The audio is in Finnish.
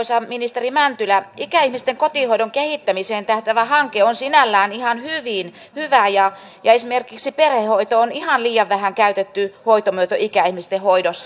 arvoisa ministeri mäntylä ikäihmisten kotihoidon kehittämiseen tähtäävä hanke on sinällään ihan hyvä ja esimerkiksi perhehoito on ihan liian vähän käytetty hoitomuoto ikäihmisten hoidossa